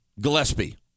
Gillespie